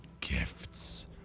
gifts